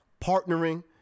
partnering